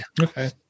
Okay